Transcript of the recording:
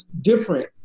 different